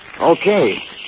Okay